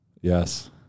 Yes